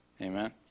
Amen